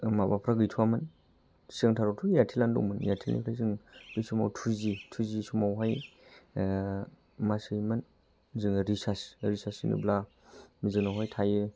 माबाफ्रा गैथ'वामोन सिगांथाराथ' एयारटेलानो दंमोन एयारटेलनिफ्राय जों बे समाव टुजि टुजि समावहाय मा सोयोमोन जोङो रिचार्ज रिचार्ज सोयोब्ला जोंनावहाय थायो